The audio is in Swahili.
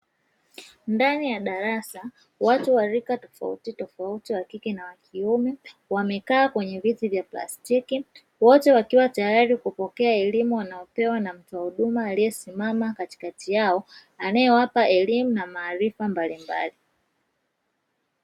Ndani ya darasa, watu wa rika tofauti tofauti wa kike na wa kiume, wamekaa kwenye viti vya plastiki, wote wakiwa tayari kupokea elimu wanayopewa na mtoa huduma aliyesimama katikati yao, anaewapa elimu na maarifa mbalimbali.